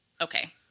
Okay